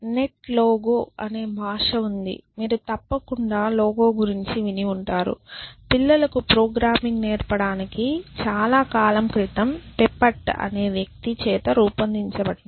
net logo అనే భాష ఉంది మీరు తప్పకుండా లోగో గురించి విని ఉంటారు పిల్లలకు ప్రోగ్రామింగ్ నేర్పడానికి చాలా కాలం క్రితం పేపర్ట్ అనే వ్యక్తి చేత రూపొందించబడింది